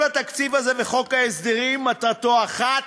כל התקציב הזה וחוק ההסדרים מטרתם אחת: